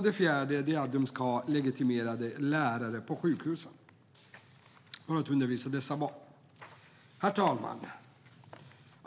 Det fjärde är att det ska finnas legitimerade lärare på sjukhus, de som ska undervisa barnen. Herr talman!